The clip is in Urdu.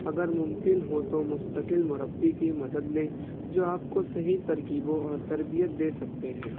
اگر ممکن ہو تو مستقل مربی کی مدد لیں جو آپ کو صحیح ترکیبوں اور تربیت دے سکتے ہیں